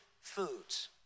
foods